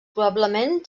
probablement